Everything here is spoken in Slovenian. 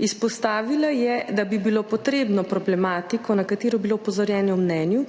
Izpostavila je, da bi bilo potrebno problematiko, na katero je bilo opozorjeno v mnenju